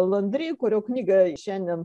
landri kurio knygą šiandien